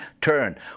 turn